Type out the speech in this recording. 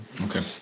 Okay